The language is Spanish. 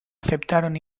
aceptaron